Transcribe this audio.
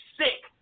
sick